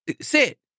Sit